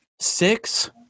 Six